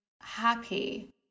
happy